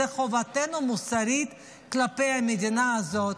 זאת חובתנו המוסרית כלפי המדינה הזאת.